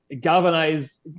galvanized